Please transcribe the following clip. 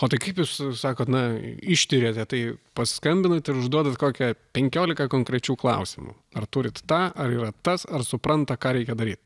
o tai kaip jūs sakot na ištiriate tai paskambinot ir užduodat kokią penkiolika konkrečių klausimų ar turit tą ar yra tas ar supranta ką reikia daryt